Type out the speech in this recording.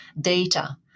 data